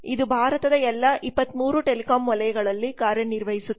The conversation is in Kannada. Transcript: ಇದು ಭಾರತದ ಎಲ್ಲಾ 23 ಟೆಲಿಕಾಂ ವಲಯಗಳಲ್ಲಿ ಕಾರ್ಯನಿರ್ವಹಿಸುತ್ತಿದೆ